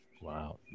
Wow